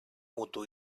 mutu